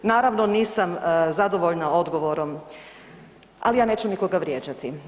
Naravno, nisam zadovoljna odgovorom, ali ja neću nikoga vrijeđati.